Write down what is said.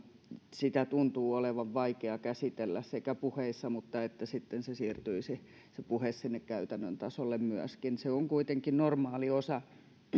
sitä tuntuu olevan vaikea käsitellä puheissa mutta myöskin se että se puhe siirtyisi sinne käytännön tasolle myöskin kuolemakin on kuitenkin normaali osa